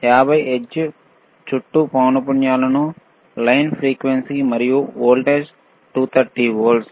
50 hertz చుట్టూ పౌనపున్యాలను line frequency మరియు వోల్టేజ్ 230 వోల్ట్లు